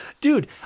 dude